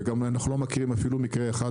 ואנחנו גם לא מכירים אפילו מקרה אחד,